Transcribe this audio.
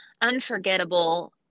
unforgettable